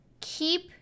keep